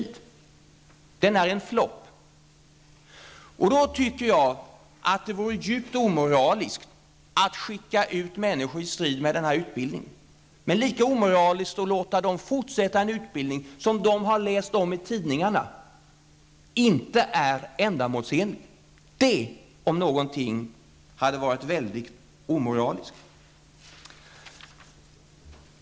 Man sade att utbildningen är en flopp. Det vore därför enligt min uppfattning djupt omoraliskt att skicka ut människor i strid efter att de genomgått denna utbildning. Men det vore lika omoraliskt att låta dem fortsätta en utbildning om vilken de i tidningarna läst att den icke är ändamålsenlig. Det, om någonting, hade varit väldigt omoraliskt.